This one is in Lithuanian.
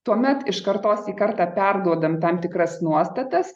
tuomet iš kartos į kartą perduodam tam tikras nuostatas